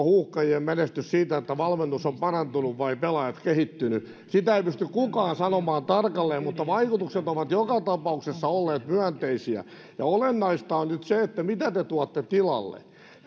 huuhkajien menestys siitä että valmennus on parantunut vai pelaajat kehittyneet sitä ei pysty kukaan sanomaan tarkalleen mutta vaikutukset ovat joka tapauksessa olleet myönteisiä ja olennaista on nyt se mitä te tuotte tilalle